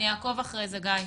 אני אעקוב אחרי זה, גיא.